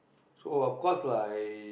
so of course I